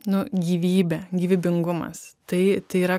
nu gyvybė gyvybingumas tai tai yra